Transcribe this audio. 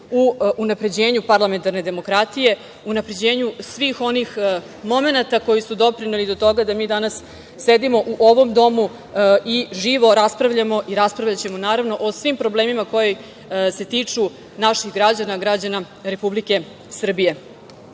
u unapređenju parlamentarne demokratije, unapređenju svih onih momenata koji su doprineli do toga da mi danas sedimo u ovom domu i živo raspravljamo i raspravljaćemo naravno o svim problemima koji se tiču naših građana, građana Republike